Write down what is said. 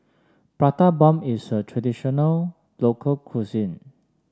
Prata Bomb is a traditional local cuisine